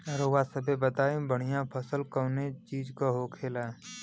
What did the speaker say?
रउआ सभे बताई बढ़ियां फसल कवने चीज़क होखेला?